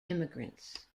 immigrants